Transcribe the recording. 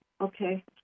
Okay